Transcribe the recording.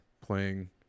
playing